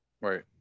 Right